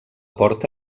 porta